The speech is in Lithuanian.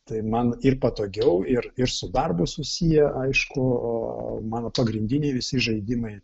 tai man ir patogiau ir ir su darbu susiję aišku mano pagrindiniai visi žaidimai